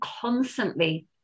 constantly